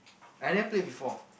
I never play before